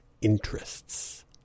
interests